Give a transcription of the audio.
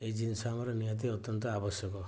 ଏଇ ଜିନିଷ ଆମର ନିହାତି ଅତ୍ୟନ୍ତ ଆବଶ୍ୟକ